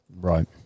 Right